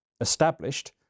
established